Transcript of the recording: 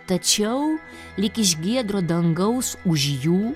tačiau lyg iš giedro dangaus už jų